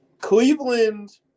Cleveland